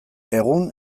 egun